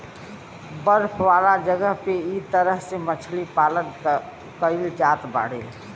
बर्फ वाला जगह पे इ तरह से मछरी पालन कईल जात बाड़े